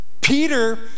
Peter